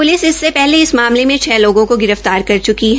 police इससे पहले इस मामले में छ लोगों को गिरफ्तार कर च्की है